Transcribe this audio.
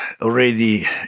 already